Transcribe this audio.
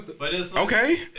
Okay